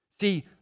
See